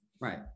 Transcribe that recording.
right